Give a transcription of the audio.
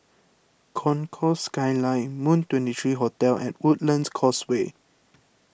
Concourse Skyline Moon twenty three Hotel and Woodlands Causeway